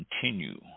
continue